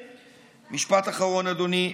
משפט אחרון, אדוני.